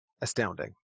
astounding